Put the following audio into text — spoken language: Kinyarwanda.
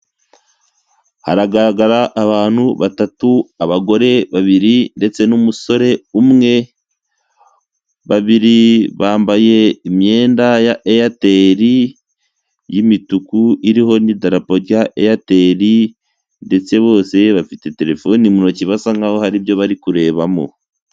Hargaragara abantu batatu abagore babiri ndetse n'umusore umwe , babiri bambaye imyenda ya airtel y'imituku iriho n'idrapo rya airtel, ndetse bose bafite telefoni mutoki basa nk'aho hari ibyo bari kurebamo.